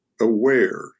aware